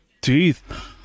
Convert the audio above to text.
teeth